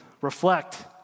Reflect